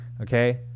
okay